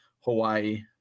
Hawaii